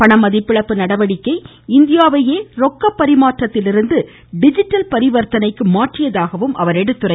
பணமதிப்பிழப்பு நடவடிக்கை இந்தியாவையே ரொக்க பரிமாற்றத்திலிருந்து டிஜிட்டல் பரிவர்த்தனைக்கு மாற்றியதாகவும் அமைச்சர் சுட்டிக்காட்டினார்